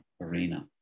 arena